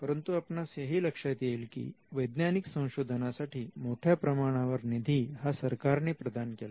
परंतु आपणास हे ही लक्षात येईल की वैज्ञानिक संशोधनासाठी मोठ्या प्रमाणावर निधी हा सरकारने प्रदान केला